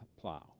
plow